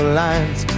lines